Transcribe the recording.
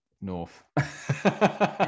North